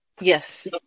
Yes